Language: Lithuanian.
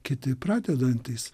kiti pradedantys